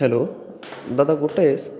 hello दादा कुठे आहेस